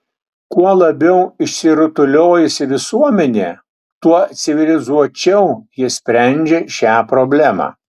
kuo labiau išsirutuliojusi visuomenė tuo civilizuočiau ji sprendžia šią problemą